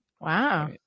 Wow